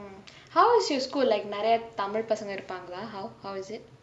how is your school like நிறையா:niraiyaa tamil பசங்கே இருப்பாங்களா:pasanggae irupanggalaa how how is it